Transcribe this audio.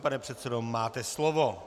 Pane předsedo, máte slovo.